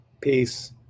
Peace